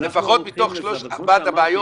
אז לפחות מתוך ארבע הבעיות